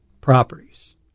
properties